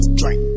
drink